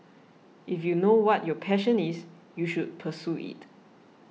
if you know what your passion is you should pursue it